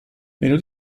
meno